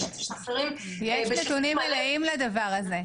משתחררים --- יש נתונים מלאים לדבר הזה.